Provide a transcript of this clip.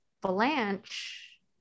Blanche